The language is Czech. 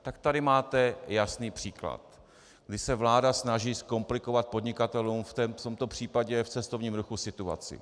Tak tady máte jasný příklad, kdy se vláda snaží zkomplikovat podnikatelům, v tomto případě v cestovním ruchu, situaci.